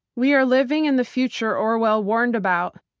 we are living in the future orwell warned about.